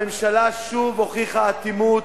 הממשלה שוב הוכיחה אטימות,